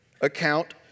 account